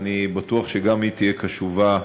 ואני בטוח שגם היא תהיה קשובה